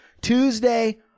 Tuesday